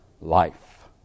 life